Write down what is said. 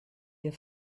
wir